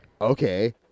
okay